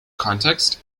context